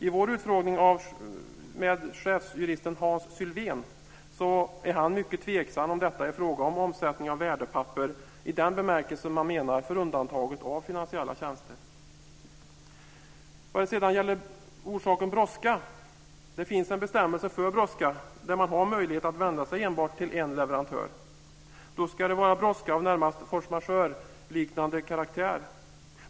I vår utfrågning av chefsjuristen Hans Sylwén var han mycket tveksam till att det här var frågan om omsättning av värdepapper i den bemärkelse man menar när det gäller undantaget för finansiella tjänster. Det finns en bestämmelse som gäller brådska. Man har möjlighet att vända sig till enbart en leverantör, men då ska det handla om brådska av närmast force majeure-liknande karaktär.